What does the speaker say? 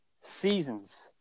Seasons